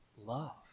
love